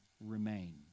remain